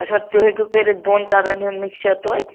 اَچھا تُہۍ ہٮ۪کو کٔرِتھ دۅن کلرن ہُنٛد مِکِسچَر توتہِ